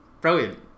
brilliant